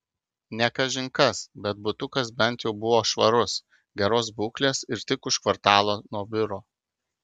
ne kažin kas bet butukas bent jau buvo švarus geros būklės ir tik už kvartalo nuo biuro